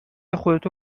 خودتو